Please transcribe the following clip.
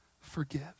forgive